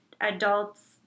adults